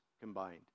combined